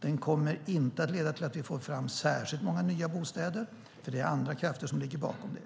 Den kommer dock inte att leda till att vi får fram särskilt många nya bostäder, för det är andra krafter som ligger bakom det.